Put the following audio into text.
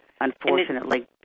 unfortunately